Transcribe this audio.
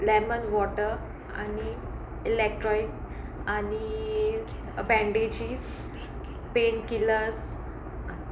lemon water आनी electrolyte आनी bandages pain killers